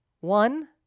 one